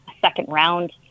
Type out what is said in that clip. second-round